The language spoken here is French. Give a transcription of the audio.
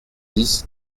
dix